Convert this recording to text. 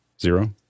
Zero